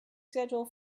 schedule